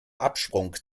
absprung